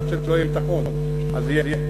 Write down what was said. עד שלא יהיה ביטחון, הציר יהיה סגור.